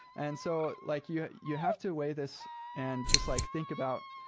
and so like you you have to weigh this and just like think about,